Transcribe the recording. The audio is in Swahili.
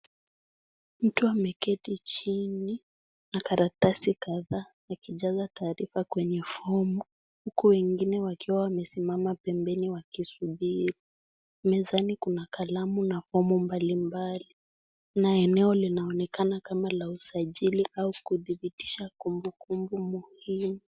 Mtu ameketi chini na karatasi kadhaa akijaza taarifa fomu. Huku wengine wakiwa wamesimama pembeni wakisubiri. Mezani kalamu na fomu mbalimbali na eneo linaonekana la usajiri au kudhibitisha kumbukumbu muhimu.